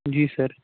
جی سَر